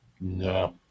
No